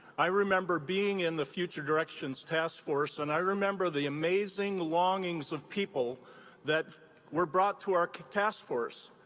i remember being in the future directions task force, and i remember the amazing longings of people that were brought to our task force,